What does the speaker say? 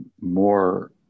more